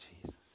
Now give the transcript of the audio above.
Jesus